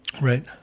Right